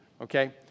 okay